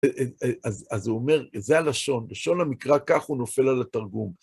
אז הוא אומר, זה הלשון, לשון המקרא כך הוא נופל על התרגום.